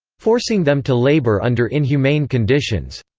forcing them to labor under inhumane conditions.